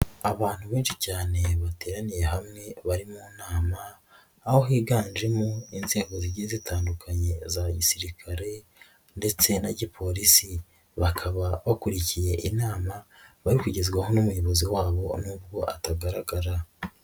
Abantu benshi cyane bateraniye hamwe bari mu nama aho higanjemo inzego zigiye zitandukanye za gisirikare ndetse na gipolisi bakaba bakurikiye inama bari kugezwaho n'umuyobozi wabo nubwo atagaragara.